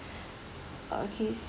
okay